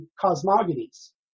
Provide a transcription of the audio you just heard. cosmogonies